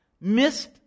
missed